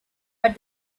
but